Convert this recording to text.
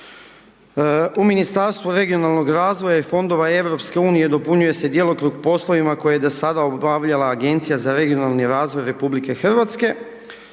U Ministarstvu regionalnog razvoja i fondova EU dopunjuje se djelokrug poslovima koje je do sada obavljala Agencija za regionalni razvoj RH.